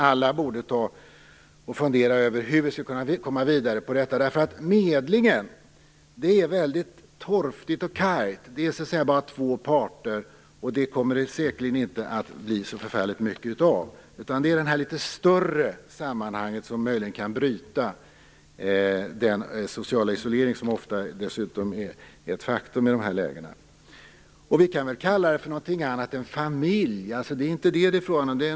Alla borde fundera över hur vi skall komma vidare med detta. Detta med medling är väldigt torftigt och kargt. Det är bara två parter, och det kommer säkerligen inte att bli så förfärligt mycket av det. Det behövs ett litet större sammanhang för att man skall kunna bryta den sociala isolering som ofta är ett faktum i dessa lägen. Vi kan ju använda andra ord än "familj". Det är inte fråga om det.